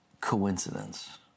coincidence